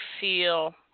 feel